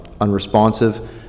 unresponsive